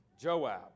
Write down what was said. Joab